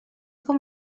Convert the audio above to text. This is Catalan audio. com